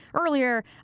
Earlier